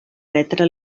retre